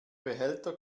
behälter